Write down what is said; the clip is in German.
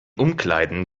umkleiden